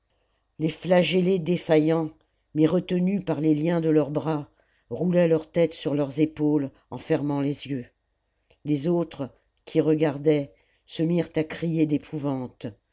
les flagellés défaillant mais retenus par les liens de leurs bras roulaient leur tête sur leurs épaules en fermant les yeux les autres qui regardaient se mirent à crier d'épouvante